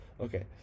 Okay